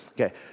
Okay